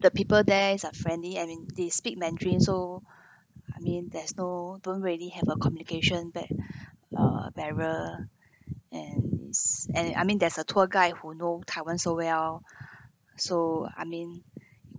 the people there is uh friendly I mean they speak mandarin so I mean there's no don't really have a communication ba~ uh barrier and it's and I mean there's a tour guide who know taiwan so well so I mean